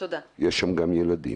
יש שם גם ילדים.